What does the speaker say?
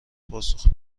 پاسخ